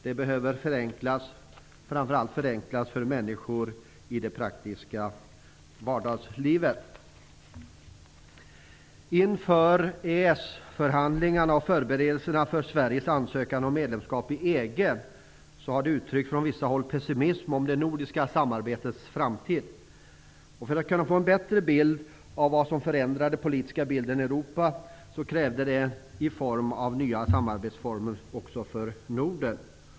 Det behöver också förenklas, framför allt med tanke på människorna i det praktiska vardagslivet. Sveriges ansökan om medlemskap i EG har det från vissa håll uttryckts pessimism om det nordiska samarbetets framtid. För att kunna få en bättre bild av vad som förändrat den politiska bilden i Europa har nya samarbetsformer krävts också för Norden.